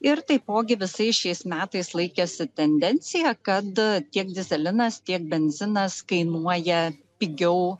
ir taipogi visais šiais metais laikėsi tendencija kad tiek dyzelinas tiek benzinas kainuoja pigiau